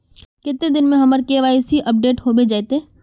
कते दिन में हमर के.वाई.सी अपडेट होबे जयते?